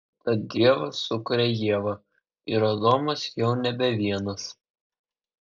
tad dievas sukuria ievą ir adomas jau nebe vienas